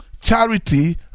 charity